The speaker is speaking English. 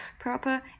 proper